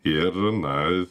ir na